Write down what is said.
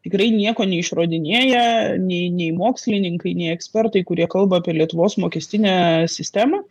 tikrai nieko neišradinėja nei nei mokslininkai nei ekspertai kurie kalba apie lietuvos mokestinę sistemą